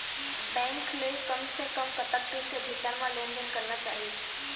Bank ले कम से कम कतक दिन के भीतर मा लेन देन करना चाही?